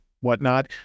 whatnot